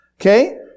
Okay